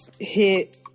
hit